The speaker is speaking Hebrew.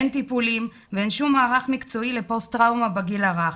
אין טיפולים ואין שום מערך מקצועי לפוסט טראומה בגיל הרך.